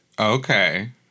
Okay